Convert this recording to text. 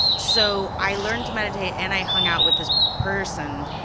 so i learned to meditate, and i hung out with this person,